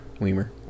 Weimer